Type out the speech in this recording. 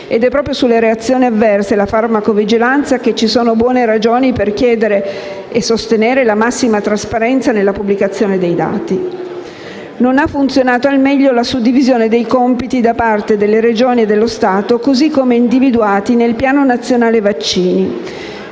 È proprio sulle reazioni avverse e la farmacovigilanza che ci sono buone ragioni per chiedere e sostenere la massima trasparenza nella pubblicazione dei dati. Non ha funzionato al meglio la suddivisione dei compiti da parte delle Regioni e dello Stato, così come individuati nel piano nazionale vaccini.